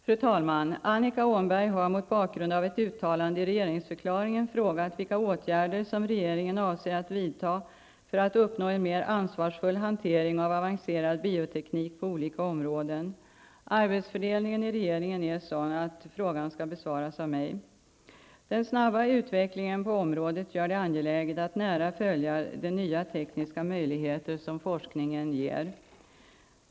Fru talman! Annika Åhnberg har mot bakgrund av ett uttalande i regeringsförklaringen frågat vilka åtgärder som regeringen avser att vidta för att uppnå en mer ansvarsfull hantering av avancerad bioteknik på olika områden. Arbetsfördelningen i regeringen är sådan att frågan skall besvaras av mig. Den snabba utvecklingen på området gör det angeläget att nära följa de nya tekniska möjligheter som forskningen ger.